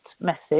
message